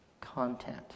content